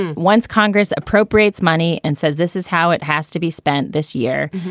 and once congress appropriates money and says this is how it has to be spent this year,